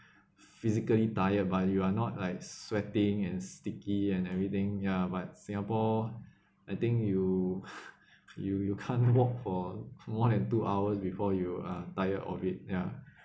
physically tired but you are not like sweating and sticky and everything ya but singapore I think you you you can't walk for more than two hours before you are tired of it ya